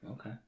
Okay